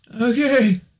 Okay